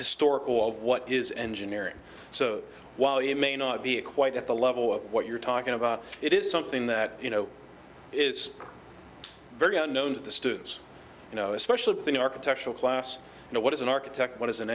historic wall what is engineering so while you may not be quite at the level of what you're talking about it is something that you know is very unknown to the students you know a special thing architectural class know what is an architect what is an